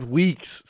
weeks